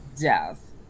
death